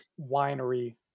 winery